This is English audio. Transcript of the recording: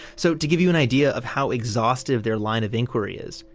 so, to give you an idea of how exhaustive their line of inquiry is,